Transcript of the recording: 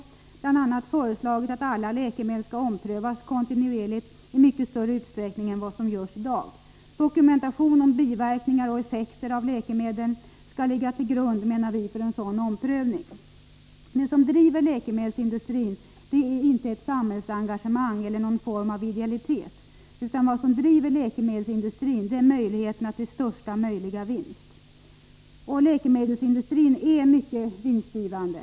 Vi har bl.a. föreslagit att alla läkemedel skall omprövas kontinuerligt i mycket större utsträckning än vad som görs i dag. Dokumentation om biverkningar och effekter av läkemedlen skall enligt vår mening ligga till grund för en sådan omprövning. Det som driver läkemedelsindustrin är inte ett samhällsengagemang eller någon form av idealitet, utan det är förutsättningarna för att få största möjliga vinst. Och läkemedelsindustrin är också mycket vinstgivande.